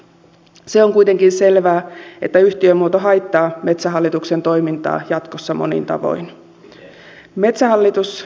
se on kuitenkin selvää että yhtiömuoto haittaa metsähallituksen toimintaa jatkossa monin tavoin